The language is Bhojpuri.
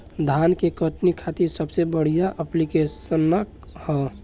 धान के कटनी खातिर सबसे बढ़िया ऐप्लिकेशनका ह?